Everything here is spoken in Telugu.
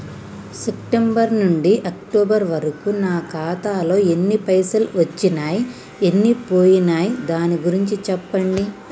సెప్టెంబర్ నుంచి అక్టోబర్ వరకు నా ఖాతాలో ఎన్ని పైసలు వచ్చినయ్ ఎన్ని పోయినయ్ దాని గురించి చెప్పండి?